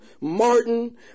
Martin